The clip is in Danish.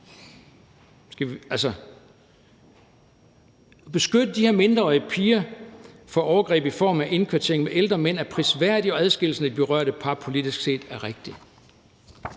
beskytte mindreårige piger fra overgreb i form af indkvartering med ældre mænd er prisværdig, og at adskillelsen af de berørte par politisk set var rigtig.